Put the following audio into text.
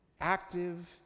Active